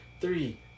Three